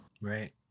Right